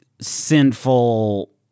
sinful